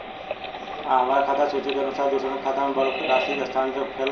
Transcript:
आ हमरा खाता से सूची के अनुसार दूसरन के खाता में बल्क राशि स्थानान्तर होखेला?